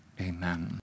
Amen